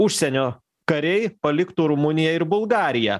užsienio kariai paliktų rumuniją ir bulgariją